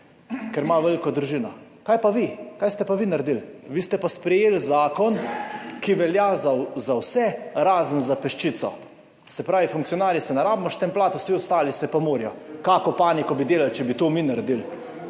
ker ima veliko družino, kaj pa vi? Kaj ste pa vi naredili? Vi ste pa sprejeli zakon, ki velja za vse, razen za peščico, se pravi, funkcionarji se ne rabimo štempljati, vsi ostali se pa morajo. Kakšno paniko bi delali, če bi to mi naredili,